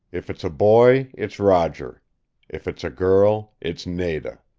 if it's a boy it's roger if it's a girl it's nada.